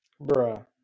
Bruh